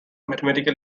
mathematical